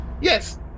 Yes